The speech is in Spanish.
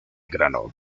grano